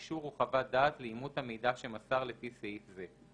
אישור או חוות דעת לאימות המידע שמסר לפי סעיף זה".;